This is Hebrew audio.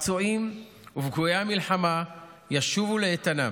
הפצועים ופגועי המלחמה ישובו לאיתנם,